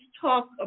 talk